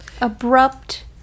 abrupt